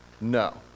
no